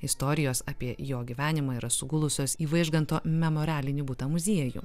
istorijos apie jo gyvenimą yra sugulusios į vaižganto memorialinį butą muziejų